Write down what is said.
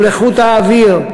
מול איכות האוויר,